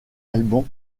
alban